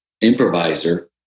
improviser